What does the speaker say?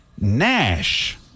Nash